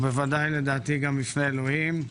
ובוודאי לדעתי גם בפני אלוהים.